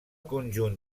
conjunt